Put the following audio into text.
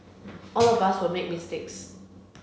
all of us will make mistakes